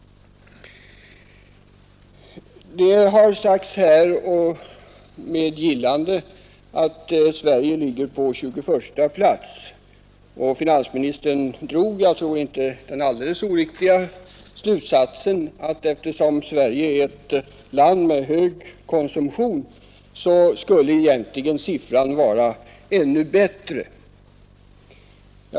Det har sagts — och det uttalandet har verifierats — att Sverige ligger på tjugoförsta plats när det gäller alkoholkonsumtion. Finansministern drog den, tror jag, inte alldeles oriktiga slutsatsen att Sverige, som är ett land med hög konsumtion rent allmänt, egentligen borde ligga ännu längre ner på denna lista.